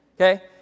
Okay